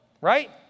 right